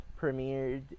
premiered